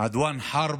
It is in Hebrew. עדי מאלכ חרב